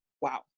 wow